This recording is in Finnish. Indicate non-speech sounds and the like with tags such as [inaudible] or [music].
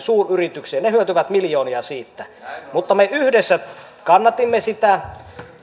[unintelligible] suuryrityksiin ne hyötyvät miljoonia siitä mutta me yhdessä kannatimme sitä